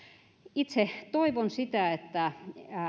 itse toivon sitä että